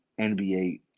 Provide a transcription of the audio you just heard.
nba